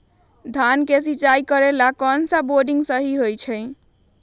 धान के सिचाई करे ला कौन सा बोर्डिंग सही होई?